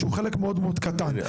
שהוא חלק מאוד מאוד קטן.